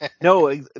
no